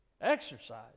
Exercise